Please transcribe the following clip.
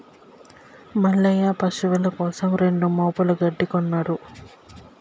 మల్లయ్య పశువుల కోసం రెండు మోపుల గడ్డి కొన్నడు